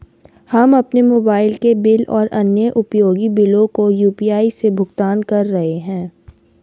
हम अपने मोबाइल के बिल और अन्य उपयोगी बिलों को यू.पी.आई से भुगतान कर रहे हैं